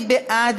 יציג